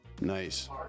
Nice